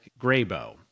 Graybow